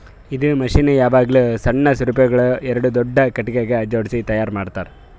ಇದು ಮಷೀನ್ ಯಾವಾಗ್ಲೂ ಸಣ್ಣ ಸರಪುಳಿಗ್ ಎರಡು ದೊಡ್ಡ ಖಟಗಿಗ್ ಜೋಡ್ಸಿ ತೈಯಾರ್ ಮಾಡ್ತರ್